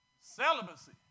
Celibacy